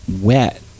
wet